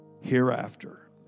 hereafter